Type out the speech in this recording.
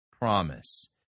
promise